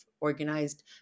organized